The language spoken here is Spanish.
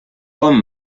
con